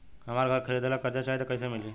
हमरा घर खरीदे ला कर्जा चाही त कैसे मिली?